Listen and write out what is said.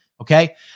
Okay